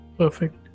Perfect